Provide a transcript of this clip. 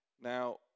Now